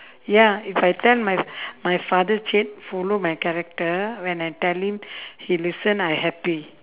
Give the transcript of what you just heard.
ya if I tell my my father change follow my character when I tell him he listen I happy